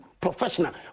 professional